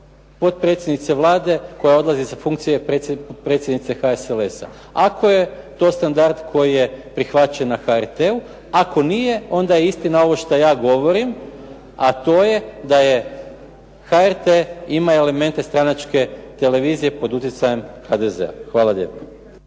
potpredsjednice Vlade koja odlazi sa funkcije predsjednice HSLS-a. Ako je to standard koji je prihvaćen na HRT-u. Ako nije onda je istina ovo šta ja govorim, a to je da je HRT ima elemente stranačke televizije pod utjecajem HDZ-a. Hvala lijepa.